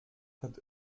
hat